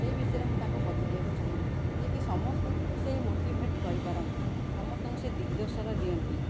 ସେହି ବିଷୟରେ ମୁଁ ତାଙ୍କୁ ପଚାରିବାକୁ ଚାହିଁବି ଯେକି ସମସ୍ତଙ୍କୁ ସେ ମୋଟିଭେଟ୍ କରିପାରନ୍ତି ସମସ୍ତଙ୍କୁ ସେ ଦିଗ୍ଦର୍ଶନ ଦିଅନ୍ତି